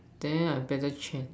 then I better change